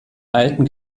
alten